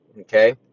okay